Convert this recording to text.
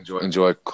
enjoy